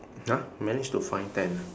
ya managed to find ten